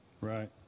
right